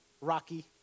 rocky